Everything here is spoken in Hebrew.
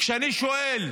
כשאני שואל: